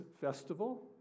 festival